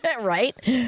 right